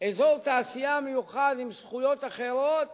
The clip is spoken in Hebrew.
אזור תעשייה מיוחד עם זכויות אחרות